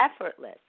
effortless